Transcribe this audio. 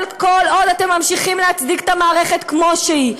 אבל כל עוד אתם ממשיכים להצדיק את המערכת כמו שהיא,